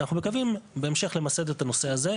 ואנחנו מקווים בהמשך למסד את הנושא הזה,